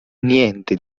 niente